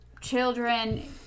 children